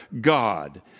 God